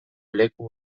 leku